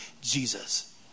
Jesus